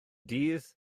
dydd